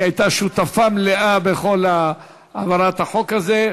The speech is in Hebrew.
היא הייתה שותפה מלאה בכל העברת החוק הזה,